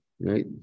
right